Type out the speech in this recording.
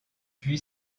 puy